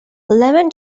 lemon